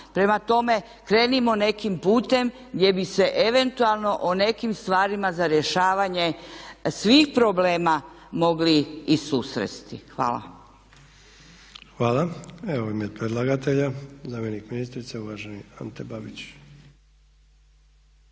Prema tome krenimo nekim putem gdje bi se eventualno o nekim stvarima za rješavanje svih problema mogli i susresti. Hvala. **Sanader, Ante (HDZ)** Hvala. U ime predlagatelja zamjenik ministrice, uvaženi Ante Babić.